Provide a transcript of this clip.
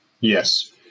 Yes